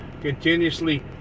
continuously